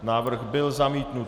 Návrh byl zamítnut.